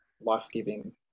life-giving